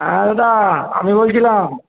হ্যাঁ দাদা আমি বলছিলাম